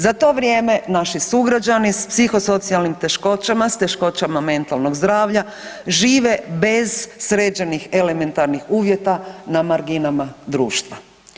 Za to vrijeme naši sugrađani s psihosocijalnim teškoćama, s teškoćama mentalnog zdravlja žive bez sređenih elementarnih uvjeta na marginama društva.